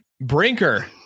Brinker